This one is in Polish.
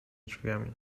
drzwiami